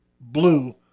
blue